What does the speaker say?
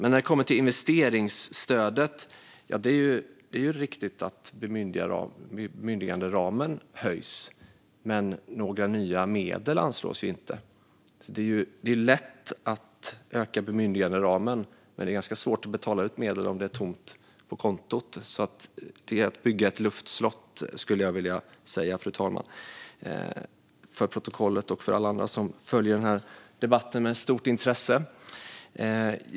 När det gäller just investeringsstödet är det riktigt att bemyndiganderamen höjs, men några nya medel anslås ju inte. Det är lätt att höja bemyndiganderamen, men det är ganska svårt att betala ut medel om det är tomt på kontot. Det är att bygga ett luftslott, skulle jag vilja säga till protokollet och alla andra som följer debatten med stort intresse.